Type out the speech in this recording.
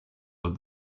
that